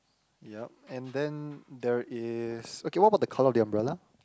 yup and then there is okay what about the colour of the umbrella